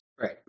Right